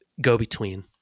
go-between